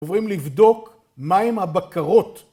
עוברים לבדוק מה עם הבקרות.